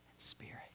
spirit